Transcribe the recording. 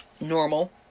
normal